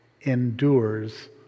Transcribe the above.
endures